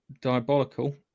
Diabolical